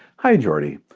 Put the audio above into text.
hi jordi.